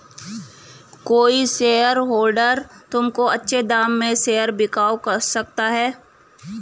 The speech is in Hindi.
कोई शेयरहोल्डर तुमको अच्छे दाम में शेयर बिकवा सकता है